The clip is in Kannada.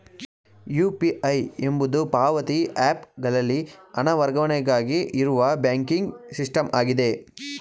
ಯು.ಪಿ.ಐ ಎಂಬುದು ಪಾವತಿ ಹ್ಯಾಪ್ ಗಳಲ್ಲಿ ಹಣ ವರ್ಗಾವಣೆಗಾಗಿ ಇರುವ ಬ್ಯಾಂಕಿಂಗ್ ಸಿಸ್ಟಮ್ ಆಗಿದೆ